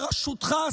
בראשותך,